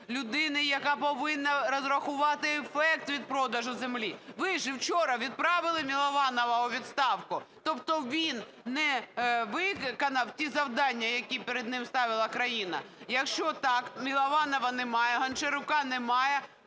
людини, яка повинна розрахувати ефект від продажу землі. Ви ж вчора відправили Милованова у відставку? Тобто він не виконав ті завдання, які перед ним ставила країна. Якщо так, Милованова немає, Гончарука немає,